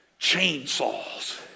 chainsaws